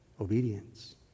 obedience